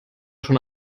schon